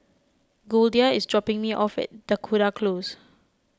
Goldia is dropping me off at Dakota Close